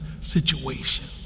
situation